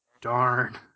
Darn